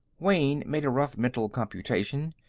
wayne made a rough mental computation.